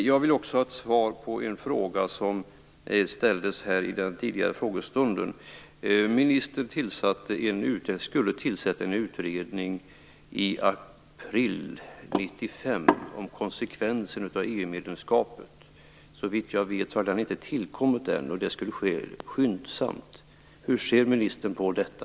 Jag vill också ha ett svar på en fråga som ställdes här i den tidigare frågestunden. Ministern skulle tillsätta en utredning i april 1995 om konsekvenserna av EU-medlemskapet. Såvitt jag vet har den inte tillkommit ännu, och det skulle ske skyndsamt. Hur ser ministern på detta?